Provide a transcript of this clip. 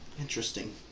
Interesting